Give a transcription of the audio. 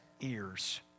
ears